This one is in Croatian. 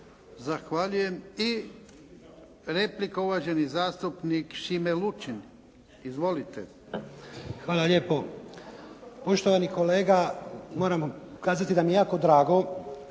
Zahvaljujem. I replika, uvaženi zastupnik Šime Lučin. Izvolite. **Lučin, Šime (SDP)** Hvala lijepo. Poštovani kolega, moram kazati da mi je jako drago